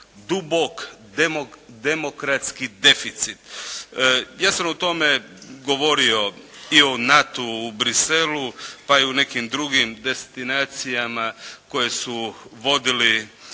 dubok demokratski deficit. Ja sam o tome govorio i o NATO-u u Bruxellesu pa i u nekim drugim destinacijama koje su vodili